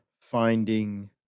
finding